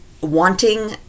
wanting